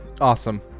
awesome